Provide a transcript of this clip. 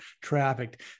trafficked